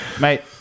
mate